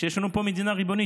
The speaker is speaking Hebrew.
כשיש לנו פה מדינה ריבונית.